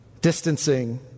distancing